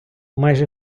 майже